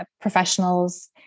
professionals